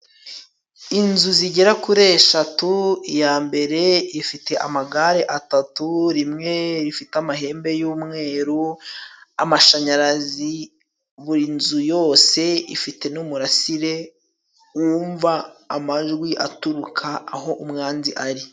Inzu zigera kuri eshatu, iya mbere ifite amagare atatu, rimwe rifite amahembe y'umweru, amashanyarazi, buri nzu yose ifite n'umurasire wumva amajwi aturuka aho umwanzi ari.